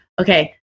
Okay